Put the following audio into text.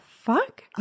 fuck